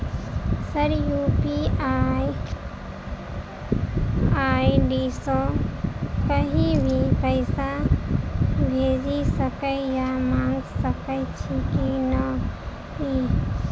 Sir UPI ID सँ कहि भी पैसा भेजि सकै या मंगा सकै छी की न ई?